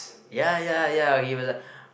ya ya ya he was like